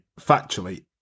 factually